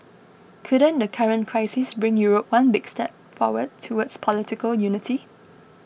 couldn't the current crisis bring Europe one big step forward towards political unity